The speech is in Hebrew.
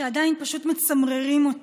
שעדיין פשוט מצמררים אותי,